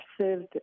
served